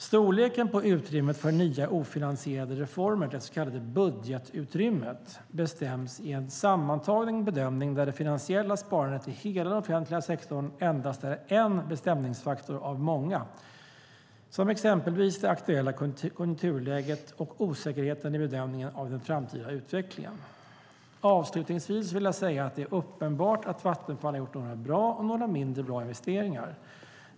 Storleken på utrymmet för nya ofinansierade reformer, det så kallade budgetutrymmet, bestäms i en sammantagen bedömning där det finansiella sparandet i hela den offentliga sektorn endast är en bestämningsfaktor av många, som exempelvis det aktuella konjunkturläget och osäkerheten i bedömningen av den framtida utvecklingen. Avslutningsvis vill jag säga att det är uppenbart att Vattenfall har gjort några bra och några mindre bra investeringar.